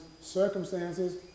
circumstances